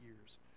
years